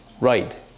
right